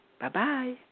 Bye-bye